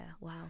wow